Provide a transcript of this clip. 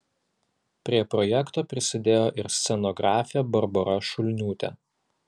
prie projekto prisidėjo ir scenografė barbora šulniūtė